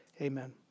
amen